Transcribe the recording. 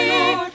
Lord